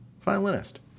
violinist